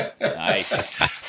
Nice